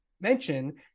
mention